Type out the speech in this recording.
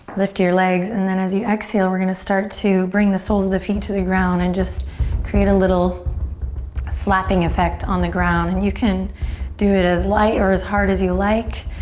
lift your legs and then as you exhale we're gonna start to bring the soles of the feet to the ground and just create a little slapping effect on the ground. and you can do it as light or as hard as you like.